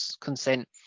consent